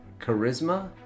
charisma